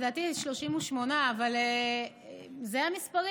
לדעתי זה 38,000. זה המספרים.